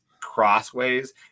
crossways